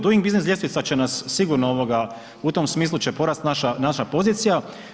Duing biznis ljestvica će nas sigurno u tom smislu će porasti naša pozicija.